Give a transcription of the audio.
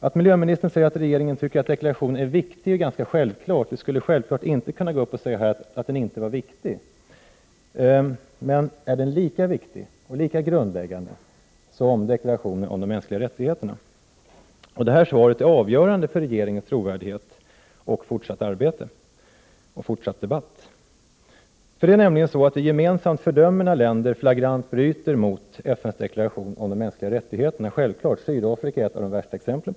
Att miljöministern säger att regeringen tycker att deklarationen är viktig är ganska självklart — hon skulle självfallet inte kunna gå upp här och säga att den inte är viktig. Men är den lika viktig och lika grundläggande som deklarationen om de mänskliga rättigheterna? Det svaret är avgörande för regeringens trovärdighet och fortsatta arbete, liksom för den fortsatta debatten. 115 Det är nämligen så att vi gemensamt fördömer länder som flagrant bryter 11 november 1988 mot FN:s deklaration om de mänskliga rättigheterna. Sydafrika är ju ett av de värsta exemplen.